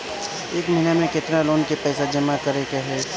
एक महिना मे केतना लोन क पईसा जमा करे क होइ?